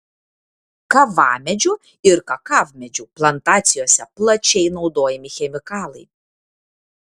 kavamedžių ir kakavmedžių plantacijose plačiai naudojami chemikalai